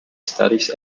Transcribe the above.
studies